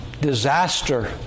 disaster